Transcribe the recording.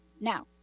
now